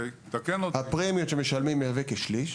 הפרמיות שמשלמים מהווה כשליש.